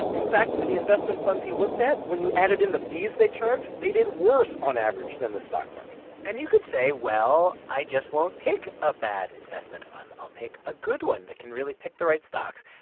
in fact, for the investment funds he looked at, when you added in the fees they charge, they did worse, on average, than the stock market and you could say, well, i just won't pick a bad investment fund. i'll pick a good one that can really pick the right stocks.